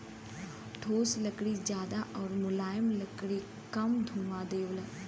ठोस लकड़ी जादा आउर मुलायम लकड़ी कम धुंआ देवला